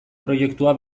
proiektua